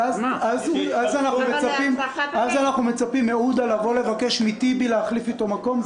אז אנחנו מצפים מעודה לבקש מטיבי להחליף איתו מקום?